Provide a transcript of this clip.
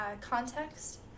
context